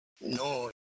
no